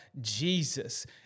Jesus